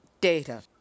data